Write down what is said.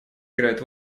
играет